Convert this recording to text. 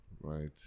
Right